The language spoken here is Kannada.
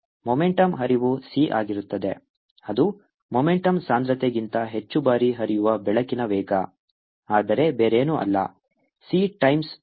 ಮೊಮೆಂಟುಮ್ ಹರಿವು c ಆಗಿರುತ್ತದೆ ಅದು ಮೊಮೆಂಟುಮ್ ಸಾಂದ್ರತೆಗಿಂತ ಹೆಚ್ಚು ಬಾರಿ ಹರಿಯುವ ಬೆಳಕಿನ ವೇಗ ಆದರೆ ಬೇರೇನೂ ಅಲ್ಲ c ಟೈಮ್ಸ್ ಮಾಡ್ಯುಲಸ್ s